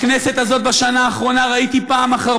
בכנסת הזאת בשנה האחרונה ראיתי פעם אחר